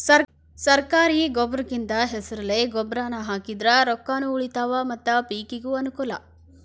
ಸರ್ಕಾರಿ ಗೊಬ್ರಕಿಂದ ಹೆಸರೆಲೆ ಗೊಬ್ರಾನಾ ಹಾಕಿದ್ರ ರೊಕ್ಕಾನು ಉಳಿತಾವ ಮತ್ತ ಪಿಕಿಗೂ ಅನ್ನಕೂಲ